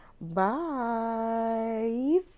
bye